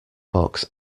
box